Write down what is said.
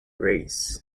rays